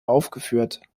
aufgeführt